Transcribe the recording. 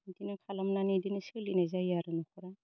इदिनो खालामनानै इदिनो सोलिनाय जायो आरो न'खरा